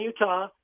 Utah